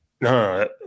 no